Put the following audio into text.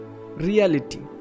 reality